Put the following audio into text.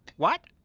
what?